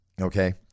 okay